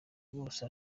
rwose